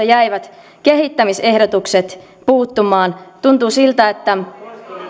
jäivät kehittämisehdotukset puuttumaan tuntuu siltä että